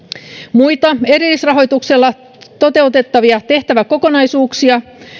muita erillisrahoituksella toteutettavia tehtäväkokonaisuuksia